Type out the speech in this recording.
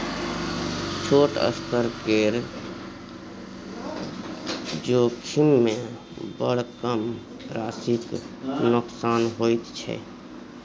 छोट स्तर केर जोखिममे बड़ कम राशिक नोकसान होइत छै